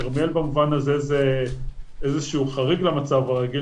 כרמיאל במובן הזה זה איזשהו חריג למצב הרגיל